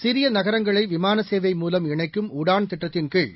சிறிய நகரங்களை விமானசேவை மூலம் இணைக்கும் உடான் திட்டத்தின்கீழ்